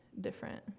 different